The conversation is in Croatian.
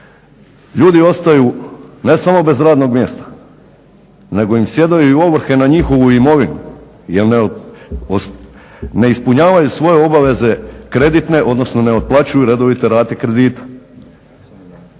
Ljudi ostaju ne samo bez radnog mjesta nego im sjedaju i ovrhe na njihovu imovinu jer ne ispunjavaju svoje obaveze kreditne, odnosno ne otplaćuju redovite rate kredita.